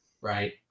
Right